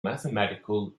mathematical